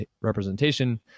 representation